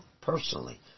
personally